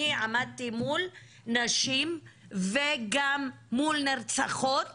אני עמדתי מול נשים וגם מול נרצחות